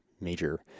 major